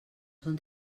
són